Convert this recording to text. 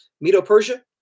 Medo-Persia